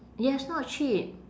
yes not cheap